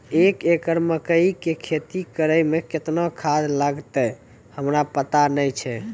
एक एकरऽ मकई के खेती करै मे केतना खाद लागतै हमरा पता नैय छै?